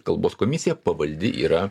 kalbos komisija pavaldi yra